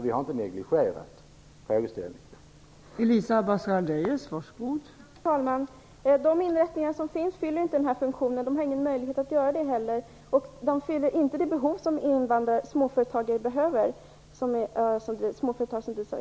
Vi har inte negligerat frågeställningen.